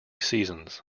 seasons